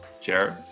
Jared